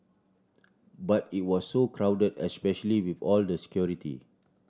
but it was so crowded especially with all the security